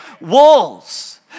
walls